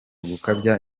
gukabya